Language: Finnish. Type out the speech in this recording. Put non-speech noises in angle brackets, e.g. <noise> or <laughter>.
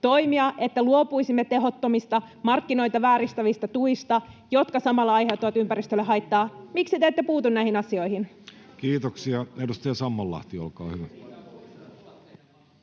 toimia, että luopuisimme tehottomista, markkinoita vääristävistä tuista, jotka samalla aiheuttavat ympäristölle <noise> haittaa. Miksi te ette puutu näihin asioihin? <noise> Kiitoksia. — Edustaja Sammallahti, olkaa hyvä.